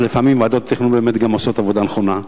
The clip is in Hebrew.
לפעמים ועדות תכנון באמת גם עושות עבודה נכונה.